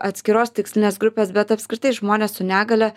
atskiros tikslinės grupės bet apskritai žmonės su negalia